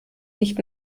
nicht